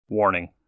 Warning